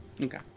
Okay